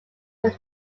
were